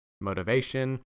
motivation